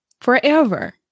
forever